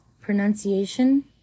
Pronunciation